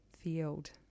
field